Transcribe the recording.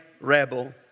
rebel